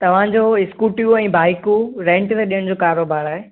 तव्हां जूं स्कूटियूं ऐं बाईकूं रैन्ट में ॾियण जो कारोबार आहे